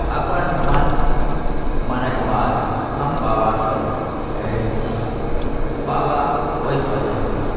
अपन मन मानैके बाद हम बाबासँ कहैत छी बाबा ओहिपर जरूर